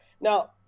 Now